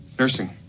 nursing